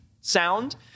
sound